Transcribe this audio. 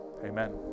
Amen